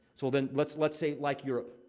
so, then, let's let's say like europe,